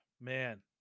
man